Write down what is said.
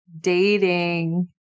dating